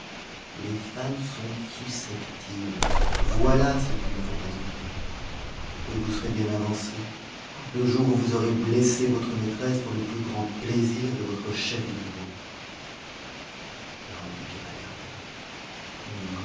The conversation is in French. les femmes sont susceptibles voilà ce qu'il ne faut pas oublier et vous serez bien avancé le jour où vous aurez blessé votre maîtresse pour le plus grand plaisir de votre chef de bureau ironique et paternel